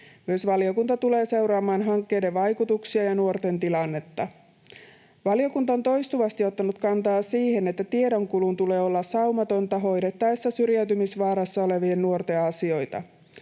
Myös valiokunta tulee seuraamaan hankkeiden vaikutuksia ja nuorten tilannetta. Valiokunta on toistuvasti ottanut kantaa siihen, että tiedonkulun tulee olla saumatonta hoidettaessa syrjäytymisvaarassa olevien nuorten asioita.